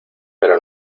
pero